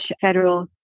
federal